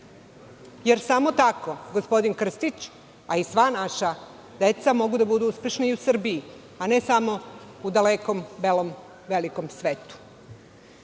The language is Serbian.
jer samo tako gospodin Krstić, a i sva naša deca mogu da budu uspešni i u Srbiji, a ne samo u dalekom belom velikom svetu. Ali,